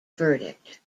verdict